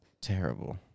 terrible